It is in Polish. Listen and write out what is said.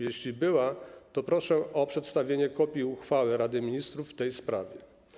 Jeśli tak, to proszę o przedstawienie kopii uchwały Rady Ministrów w tej sprawie.